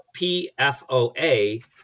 PFOA